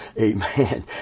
amen